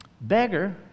beggar